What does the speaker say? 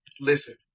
listen